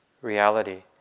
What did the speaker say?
reality